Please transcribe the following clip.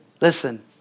Listen